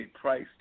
price